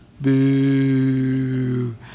Boo